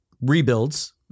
rebuilds